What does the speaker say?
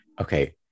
okay